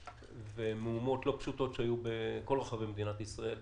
בעזה ומהומות לא פשוטות שהיו בכל רחבי מדינת ישראל.